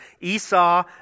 Esau